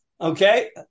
Okay